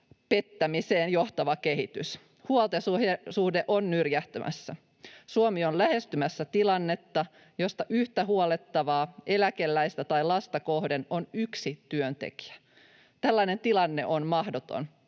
pettämiseen johtava kehitys. Huoltosuhde on nyrjähtämässä. Suomi on lähestymässä tilannetta, jossa yhtä huollettavaa eläkeläistä tai lasta kohden on yksi työntekijä. Tällainen tilanne on mahdoton.